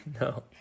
No